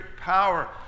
power